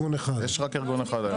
יש רק ארגון אחד.